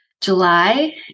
July